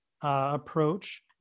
approach